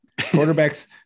Quarterbacks